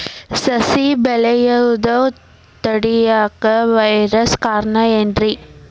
ಸಸಿ ಬೆಳೆಯುದ ತಡಿಯಾಕ ವೈರಸ್ ಕಾರಣ ಏನ್ರಿ?